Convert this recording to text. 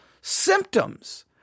symptoms